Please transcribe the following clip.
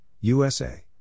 USA